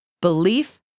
Belief